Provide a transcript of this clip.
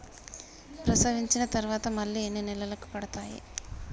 ప్రసవించిన తర్వాత మళ్ళీ ఎన్ని నెలలకు కడతాయి?